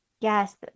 Yes